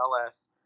LS